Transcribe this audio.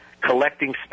collecting